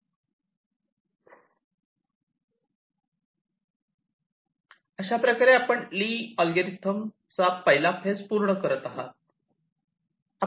अशाप्रकारे आपण Lee algorithm चा 1 ला फेज पूर्ण करत आहात